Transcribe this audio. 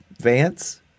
Vance